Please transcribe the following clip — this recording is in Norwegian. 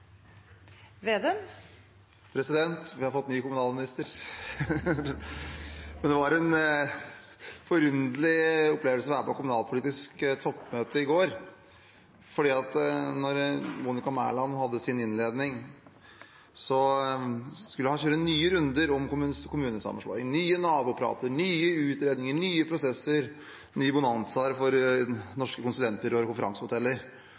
Vi har fått ny kommunalminister. Men det var en forunderlig opplevelse å være på kommunalpolitisk toppmøte i går, for da Monica Mæland hadde sin innledning, skulle hun kjøre nye runder om kommunesammenslåing: nye naboprater, nye utredninger, nye prosesser, nye bonanzaer for norske konsulenter og konferansehoteller